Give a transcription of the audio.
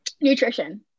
Nutrition